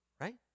right